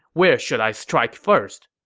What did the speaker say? where should i strike first?